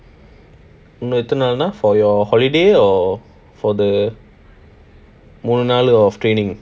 எத்தனை நாள்:ethuna naal for your holiday or for the of training